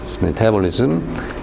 metabolism